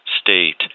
state